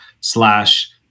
slash